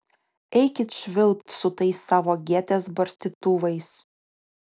eikit švilpt su tais savo gėtės barstytuvais